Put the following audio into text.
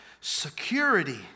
Security